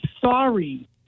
sorry